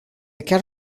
chiar